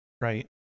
right